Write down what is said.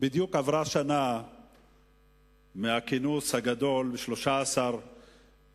בדיוק עברה שנה מהכינוס הגדול ב-13 ביולי,